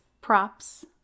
props